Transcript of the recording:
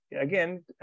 again